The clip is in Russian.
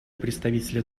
представителя